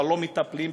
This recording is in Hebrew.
אבל לא מטפלים בזה.